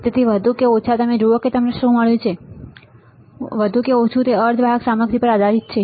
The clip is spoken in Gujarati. તેથી વધુ કે ઓછા તમે જુઓ કે અમને શું મળ્યું છે વધુ કે ઓછું તે અર્ધવાહક સામગ્રી પર આધારિત છે